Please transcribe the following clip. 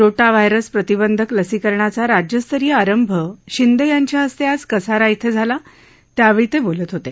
रोटा virus प्रतिबंधक लसीकरणाचा राज्यस्तरीय आरंभ एकनाथ शिंदे यांच्या हस्ते आज कसारा शिं झाला त्यावेळी ते बोलत होते